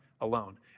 alone